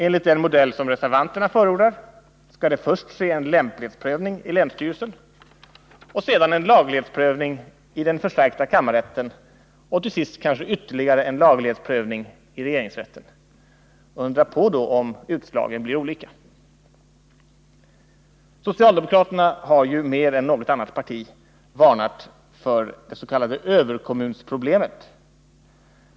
Enligt den modell som reservanterna förordar skall det först ske en lämplighetsprövning i länsstyrelsen och sedan en laglighetsprövning i den Nr 129 förstärkta kammarrätten och till sist kanske ytterligare en laglighetsprövning Torsdagen den i regeringsrätten. Undra på om utslagen blir olika! 24 april 1980 Socialdemokraterna har ju mer än något annat parti varnat för det s.k. överkommunsproblemet.